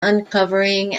uncovering